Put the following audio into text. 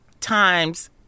times